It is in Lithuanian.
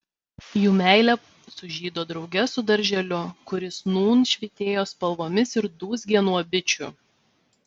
jų meilė sužydo drauge su darželiu kuris nūn švytėjo spalvomis ir dūzgė nuo bičių